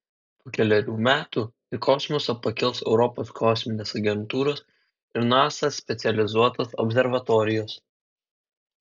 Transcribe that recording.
po kelerių metų į kosmosą pakils europos kosminės agentūros ir nasa specializuotos observatorijos